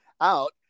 out